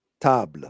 table